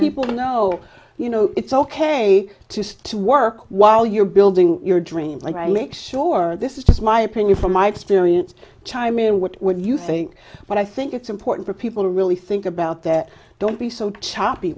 people know you know it's ok to say to work while you're building your dream like i make sure this is just my opinion from my experience chime in what would you think but i think it's important for people to really think about that don't be so choppy